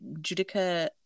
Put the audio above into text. Judica